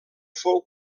fou